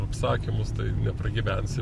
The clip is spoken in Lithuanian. apsakymus tai nepragyvensi